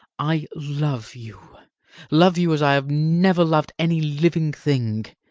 i love you love you as i have never loved any living thing.